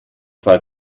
zwei